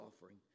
offering